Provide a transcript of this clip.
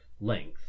length